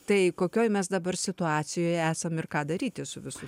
tai kokioj mes dabar situacijoj esam ir ką daryti su visu